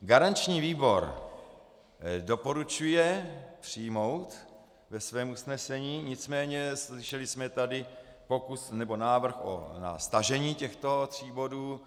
Garanční výbor doporučuje přijmout ve svém usnesení, nicméně slyšeli jsme tady návrh na stažení těchto tří bodů.